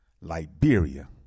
Liberia